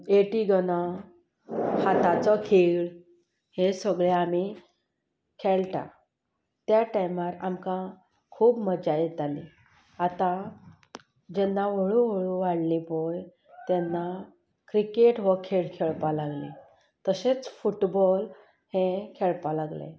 एटी गना हाताचो खेळ हे सगळे आमीं खेळटात त्या टायमार आमकां खूब मजा येताली आतां जेन्ना हळू हळू वाडलीं पळय तेन्ना क्रिकेट हो खेळ खेळपाक लागलीं तशेंच फुटबॉल हें खेळपाक लागले